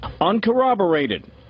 Uncorroborated